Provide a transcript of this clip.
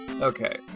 okay